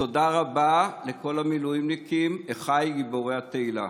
ותודה רבה לכל המילואימניקים, אחיי גיבורי התהילה.